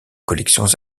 collections